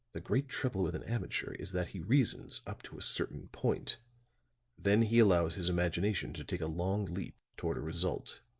the great trouble with an amateur is that he reasons up to a certain point then he allows his imagination to take a long leap toward a result.